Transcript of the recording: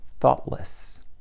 thoughtless